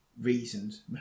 reasons